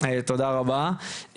תודה רבה.